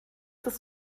das